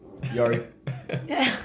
Yari